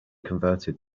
converted